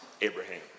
Abraham